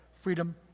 freedom